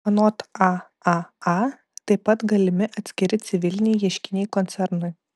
anot aaa taip pat galimi atskiri civiliniai ieškiniai koncernui